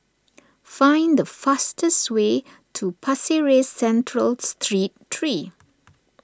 find the fastest way to Pasir Ris Central Street three